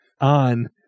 On